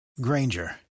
Granger